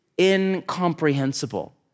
incomprehensible